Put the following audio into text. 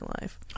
life